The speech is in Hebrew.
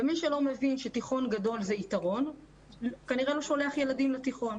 מי שלא מבין שתיכון גדול זה יתרון כנראה לא שולח ילדים לתיכון.